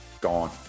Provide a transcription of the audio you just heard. gone